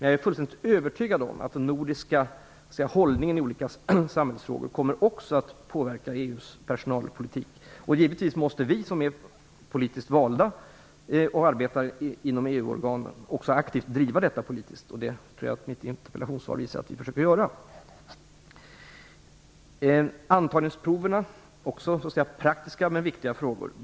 Jag är fullständigt övertygad om att den nordiska hållningen i olika samhällsfrågor också kommer att påverka EU:s personalpolitik. Givetvis måste vi som är politiskt valda och arbetar inom EU:organen också aktivt driva detta politiskt, och det tror jag mitt interpellationssvar visar att vi försöker göra. Antagningsproven är en praktisk men viktig fråga.